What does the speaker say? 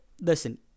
Listen